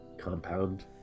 compound